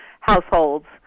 households